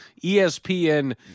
ESPN